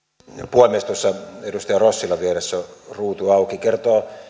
puhemies tuossa edustaja rossilla vieressä on ruutu auki ja se kertoo